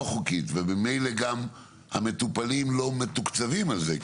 חוקית וממילא גם המטופלים לא מתוקצבים על זה,